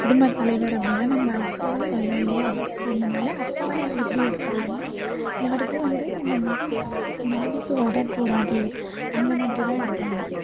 குடும்பத்தலைவர் அப்படின்னா நம்ம அப்பாவை சொல்வோம் இல்லையா அதனால அப்பா எப்படி எடுப்பாங்கனா யாருக்கும் வந்து பாதிப்பு வரக்கூடாது அந்தமாதிரிதான் எடுப்பாங்க